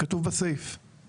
מה זה קשור?